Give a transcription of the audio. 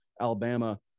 Alabama